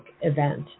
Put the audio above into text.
event